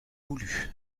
voulu